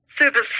service